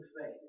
faith